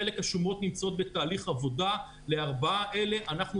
חלק רשומות נמצאות בתהליך עבודה לארבע האלה אנחנו